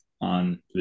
on